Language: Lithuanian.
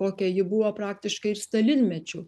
kokia ji buvo praktiškai ir stalinmečiu